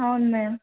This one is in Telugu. అవును మ్యామ్